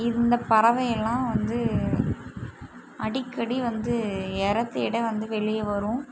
இந்த பறவையெல்லாம் வந்து அடிக்கடி வந்து எரைத்தேட வந்து வெளியே வரும்